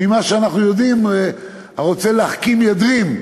ממה שאנחנו יודעים, "הרוצה להחכים, ידרים".